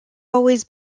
always